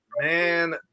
Man